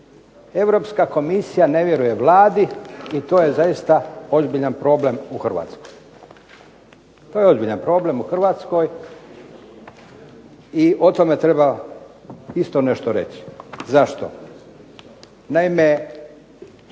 Europska komisija ne vjeruje Vladi i to je zaista ozbiljan problem u Hrvatskoj. To je ozbiljan problem u Hrvatskoj i o tome treba isto nešto reći. Zašto? Naime,